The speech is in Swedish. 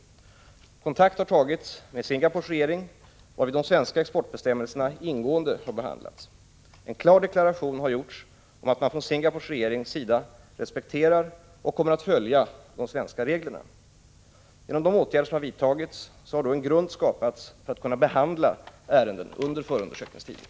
Kontakt har tagits med Singapores regering, varvid de svenska exportbestämmelserna ingående behandlats. En klar deklaration har gjorts om att man från Singapores regerings sida respekterar och kommer att följa de svenska reglerna. Genom de åtgärder som vidtagits har en grund skapats för att kunna behandla ärenden under förundersökningstiden.